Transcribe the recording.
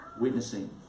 witnessing